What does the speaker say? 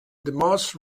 most